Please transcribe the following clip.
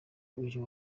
uyu